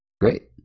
Great